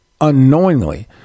unknowingly